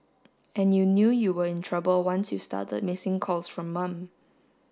and you knew you were in trouble once you started missing calls from mum